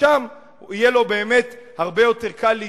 ושם יהיה לו באמת הרבה יותר קל להזדהות.